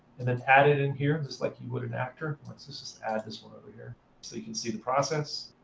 and then add it in here, just like you would an actor. let's just add this one over here so you can see the process.